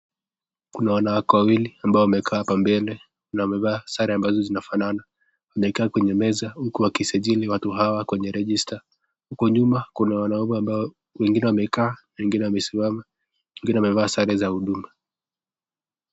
Kuna wanawake wawili ambao wamekaa hapa mbele na wamevaa sare ambazo zinafanana, wamekaa kwenye meza, huku wakisajili watu hawa kwenye rejista, huko nyuma kuna wengine wamekaa, wengine wamesimama, wengine wamevaa sare za huduma.